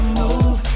move